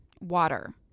water